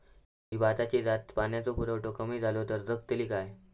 ही भाताची जात पाण्याचो पुरवठो कमी जलो तर जगतली काय?